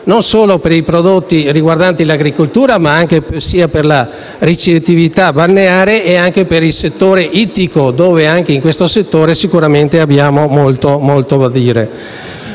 non solo per i prodotti riguardanti l'agricoltura ma anche per la ricettività balneare e per il settore ittico, rispetto al quale sicuramente abbiamo molto da dire.